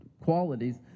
qualities